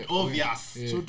obvious